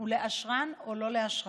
לאשרן או לא לאשרן.